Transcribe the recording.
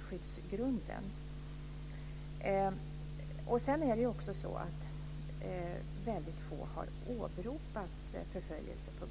skyddsgrunden. Sedan har väldigt få åberopat förföljelse på grund av kön.